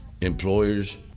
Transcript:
employers